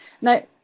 Now